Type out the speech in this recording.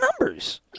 numbers